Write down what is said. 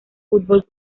fútbol